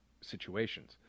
situations